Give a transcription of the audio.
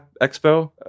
Expo